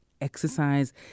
Exercise